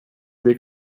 weg